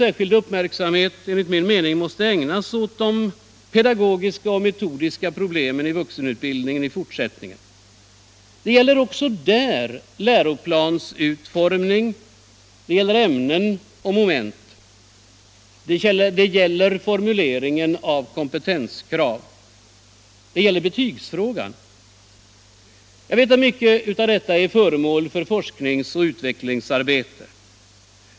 Särskild uppmärksamhet måste i fortsättningen ägnas åt pedagogiska och metodiska problem i vuxenutbildningen. Det gäller också där läroplansutformningen, det gäller ämnen och moment. Det gäller formuleringen av kompetenskrav. Det gäller betygsfrågan. Mycket av detta är föremål för forsknings och utvecklingsarbete.